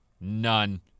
None